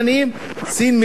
שם,